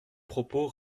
propos